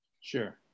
Sure